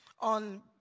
on